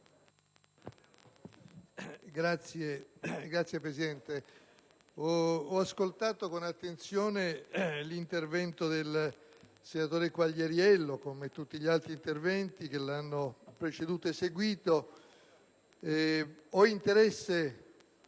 Signor Presidente, ho ascoltato con attenzione l'intervento del senatore Quagliariello, come tutti gli altri interventi che lo hanno preceduto e seguito. Ho interesse